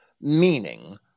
meaning